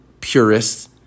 purists